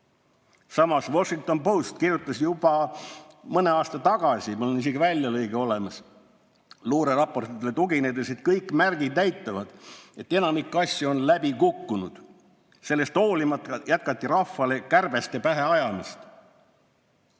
Samas Washington Post kirjutas juba mõni aasta tagasi – mul on isegi väljalõige olemas – luureraportitele tuginedes, et kõik märgid näitavad, et enamik asju on läbi kukkunud. Sellest hoolimata jätkati rahvale kärbeste pähe ajamist.